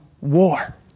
war